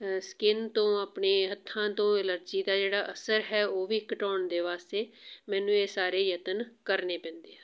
skin ਤੋਂ ਆਪਣੇ ਹੱਥਾਂ ਤੋਂ ਐਲਰਜੀ ਦਾ ਜਿਹੜਾ ਅਸਰ ਹੈ ਉਹ ਵੀ ਘਟਾਉਣ ਦੇ ਵਾਸਤੇ ਮੈਨੂੰ ਇਹ ਸਾਰੇ ਯਤਨ ਕਰਨੇ ਪੈਂਦੇ ਹੈ